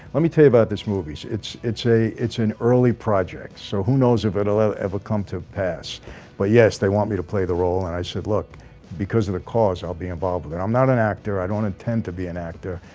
let me tell you about this movies it's it's a it's an early project so who knows if it'll ever ever come to pass but yes they want me to play the role, and i said look because of the cause i'll be involved with it i'm not an actor i don't tend to be an actor,